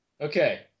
Okay